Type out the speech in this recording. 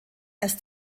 erst